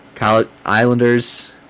islanders